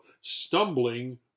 stumbling